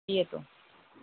येतो